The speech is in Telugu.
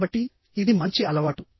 కాబట్టిఇది మంచి అలవాటు